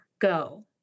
go